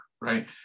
right